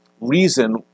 reason